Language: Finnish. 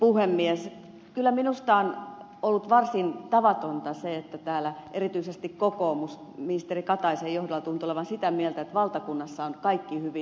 kyllä minusta on ollut varsin tavatonta se että täällä erityisesti kokoomus ministeri kataisen johdolla tuntuu olevan sitä mieltä että valtakunnassa on kaikki hyvin